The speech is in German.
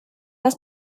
das